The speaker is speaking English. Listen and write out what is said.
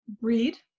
read